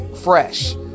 fresh